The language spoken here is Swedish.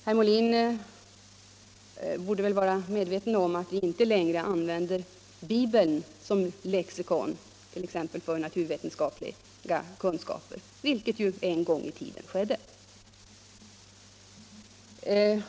Herr Molin borde väl vara medveten om att vi inte längre använder Bibeln som lexikon för t.ex. naturvetenskapliga kunskaper, vilket ju en gång i tiden skedde.